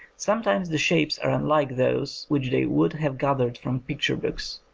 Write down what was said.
sometimes the shapes are unlike those which they would have gathered from picture-books.